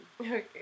Okay